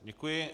Děkuji.